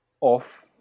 Off